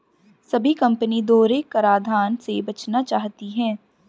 सभी कंपनी दोहरे कराधान से बचना चाहती है